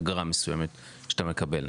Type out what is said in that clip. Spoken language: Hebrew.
באגרה מסוימת שאתה מקבל.